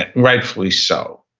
and rightfully so,